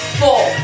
four